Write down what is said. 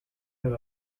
have